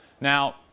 Now